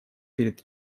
перед